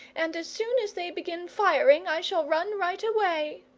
and as soon as they begin firing i shall run right away!